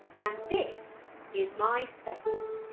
and this is my space.